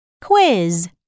quiz